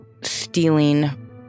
stealing